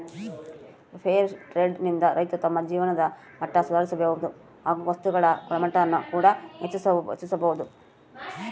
fair trade ನಿಂದ ರೈತರು ತಮ್ಮ ಜೀವನದ ಮಟ್ಟ ಸುಧಾರಿಸಬೋದು ಹಾಗು ವಸ್ತುಗಳ ಗುಣಮಟ್ಟಾನ ಕೂಡ ಹೆಚ್ಚಿಸ್ಬೋದು